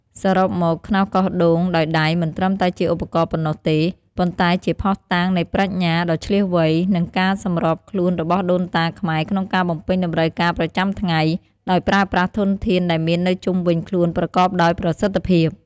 សរុបមក ខ្នោសកោសដូងដោយដៃមិនត្រឹមតែជាឧបករណ៍ប៉ុណ្ណោះទេ ប៉ុន្តែជាភស្តុតាងនៃប្រាជ្ញាដ៏ឈ្លាសវៃ និងការសម្របខ្លួនរបស់ដូនតាខ្មែរក្នុងការបំពេញតម្រូវការប្រចាំថ្ងៃ ដោយប្រើប្រាស់ធនធានដែលមាននៅជុំវិញខ្លួនប្រកបដោយប្រសិទ្ធភាព។